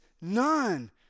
none